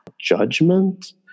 judgment